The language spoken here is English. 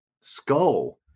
skull